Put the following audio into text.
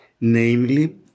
namely